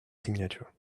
signature